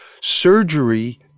surgery